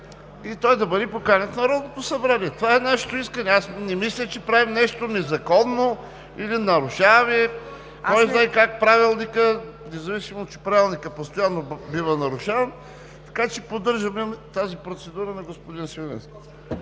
той да бъде поканен в Народното събрание. Това е нашето искане. Аз не мисля, че правим нещо незаконно или нарушаваме кой знае как Правилника, независимо че Правилникът постоянно бива нарушаван. Така че поддържаме процедурата на господин Свиленски.